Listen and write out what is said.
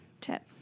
tip